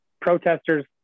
protesters